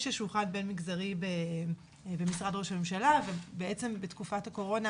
שולחן בין-מגזרי במשרד ראש הממשלה ובעצם בתקופת הקורונה